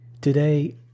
Today